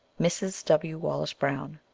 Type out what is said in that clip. mrs. w. wallace brown.